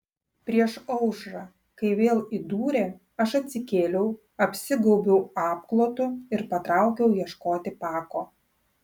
prieš aušrą kai vėl įdūrė aš atsikėliau apsigaubiau apklotu ir patraukiau ieškoti pako